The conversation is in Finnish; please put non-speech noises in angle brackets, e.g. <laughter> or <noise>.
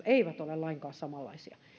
<unintelligible> eivät ole lainkaan samanlaisia